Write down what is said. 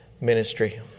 ministry